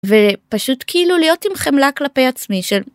ופשוט כאילו להיות עם חמלה כלפי עצמי של.